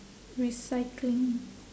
recycling